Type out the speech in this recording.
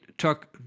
took